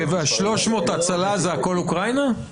וה-300 הצלה זה הכול אוקראינה?